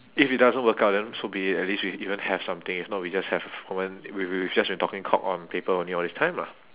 if it doesn't work out then so be it at least we even have something if not we just have common we we've just been talking cock on paper only all this time lah